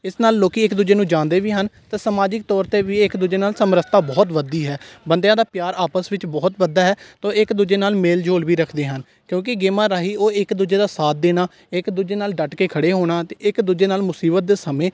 ਇਸ ਨਾਲ ਲੋਕ ਇੱਕ ਦੂਜੇ ਨੂੰ ਜਾਣਦੇ ਵੀ ਹਨ ਅਤੇ ਸਮਾਜਿਕ ਤੌਰ 'ਤੇ ਵੀ ਇੱਕ ਦੂਜੇ ਨਾਲ ਸਮਰੱਥਾ ਬਹੁਤ ਵੱਧਦੀ ਹੈ ਬੰਦਿਆਂ ਦਾ ਪਿਆਰ ਆਪਸ ਵਿੱਚ ਬਹੁਤ ਵੱਧਦਾ ਹੈ ਤੋ ਇੱਕ ਦੂਜੇ ਨਾਲ ਮੇਲ ਜੋਲ ਵੀ ਰੱਖਦੇ ਹਨ ਕਿਉਂਕਿ ਗੇਮਾਂ ਰਾਹੀਂ ਉਹ ਇੱਕ ਦੂਜੇ ਦਾ ਸਾਥ ਦੇਣਾ ਇੱਕ ਦੂਜੇ ਨਾਲ ਡੱਟ ਕੇ ਖੜ੍ਹੇ ਹੋਣਾ ਅਤੇ ਇੱਕ ਦੂਜੇ ਨਾਲ ਮੁਸੀਬਤ ਦੇ ਸਮੇਂ